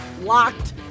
LOCKED